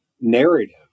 narrative